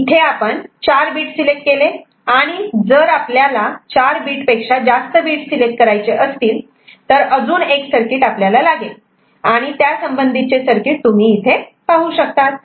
इथे आपण 4 bit select केले आणि जर आपल्याला 4 बीट पेक्षा जास्त बीट सिलेक्ट करायचे असतील तर अजून एक सर्किट आपल्याला लागेल आणि त्या संबंधित सर्किट तुम्ही इथे पाहू शकतात